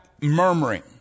murmuring